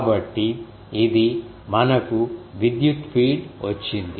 కాబట్టి ఇది మనకు విద్యుత్ఫీల్డ్ వచ్చింది